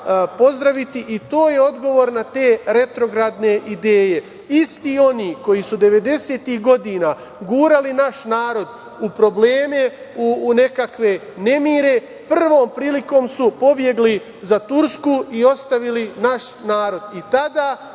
pozdraviti i to je odgovor na te retrogradne ideje. Isti oni koji su devedesetih godina gurali naš narod u probleme, u nekakve nemire, prvom prilikom su pobegli za Tursku i ostavili naš narod.